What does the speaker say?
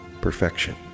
perfection